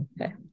okay